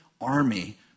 army